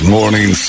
Morning